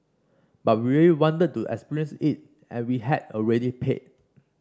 but we really wanted to experience it and we had already paid